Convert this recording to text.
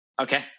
Okay